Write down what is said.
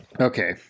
Okay